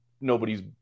nobody's